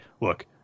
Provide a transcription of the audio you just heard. look